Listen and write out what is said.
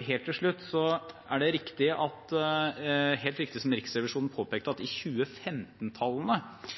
Helt til slutt: Det er helt riktig som Riksrevisjonen påpekte, at ifølge 2015-tallene var det mange som ikke fikk tilstrekkelig oppfølging av oppfølgingstjenesten. Dette er noe som fylkene griper fatt i,